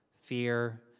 fear